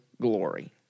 glory